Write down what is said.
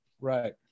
Right